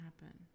happen